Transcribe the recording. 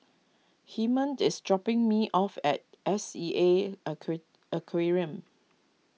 Hymen is dropping me off at S E A Aquarium